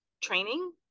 training